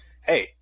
Hey